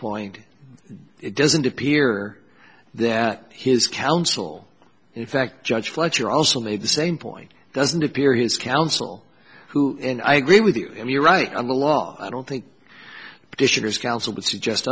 point it doesn't appear that his counsel in fact judge fletcher also made the same point doesn't appear his counsel who and i agree with you and you're right on the law i don't think